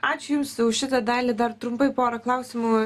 ačiū jums už šitą dalį dar trumpai porą klausimų